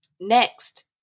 Next